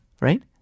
right